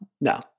no